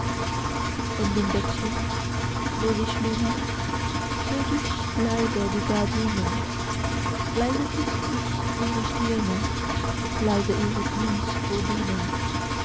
von dem bettchen wo sie schlummert zög ich leise die gardinen leise küßt ich ihre stirne leise